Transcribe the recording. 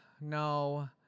no